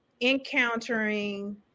encountering